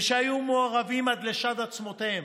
הם היו מעורבים עד לשד עצמותיהם,